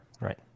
Right